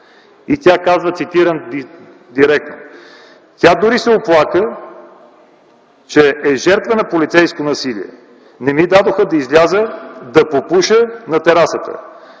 състояние, цитирам директно: „Тя дори се оплака, че е жертва на полицейско насилие: „Не ми дадоха да изляза да попуша на терасата”.